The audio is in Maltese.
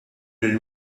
lill